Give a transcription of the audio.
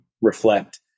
reflect